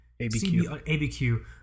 ABQ